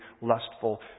lustful